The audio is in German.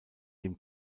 dem